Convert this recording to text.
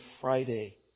Friday